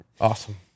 awesome